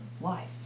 life